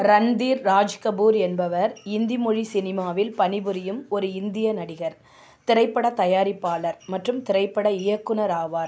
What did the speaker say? ரன்தீர் ராஜ் கபூர் என்பவர் இந்தி மொழி சினிமாவில் பணிபுரியும் ஒரு இந்திய நடிகர் திரைப்பட தயாரிப்பாளர் மற்றும் திரைப்பட இயக்குனர் ஆவார்